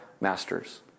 masters